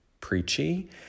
preachy